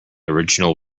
original